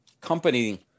company